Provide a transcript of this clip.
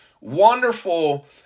wonderful